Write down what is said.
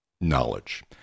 knowledge